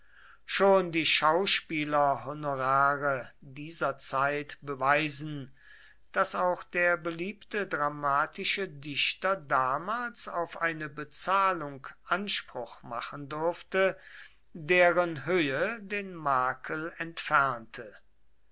schon die schauspielerhonorare dieser zeit beweisen daß auch der beliebte dramatische dichter damals auf eine bezahlung anspruch machen durfte deren höhe den makel entfernte